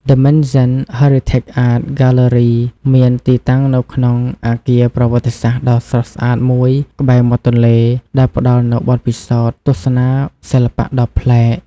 ដឹ មេនសិន ហឺរីថេក អាត ហ្គាទ្បឺរី មានទីតាំងនៅក្នុងអគារប្រវត្តិសាស្ត្រដ៏ស្រស់ស្អាតមួយក្បែរមាត់ទន្លេ ដែលផ្តល់នូវបទពិសោធន៍ទស្សនាសិល្បៈដ៏ប្លែក។